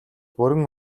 бүрэн